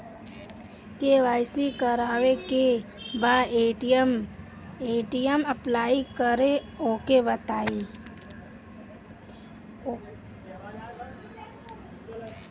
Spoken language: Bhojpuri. के.वाइ.सी करावे के बा ए.टी.एम अप्लाई करा ओके बताई?